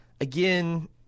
again